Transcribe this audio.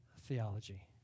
Theology